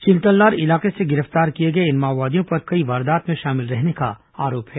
चिंतलनार इलाके से गिरफ्तार किए गए इन माओवादियों पर कई वारदात में शामिल रहने का आरोप है